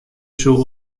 soe